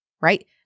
right